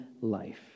life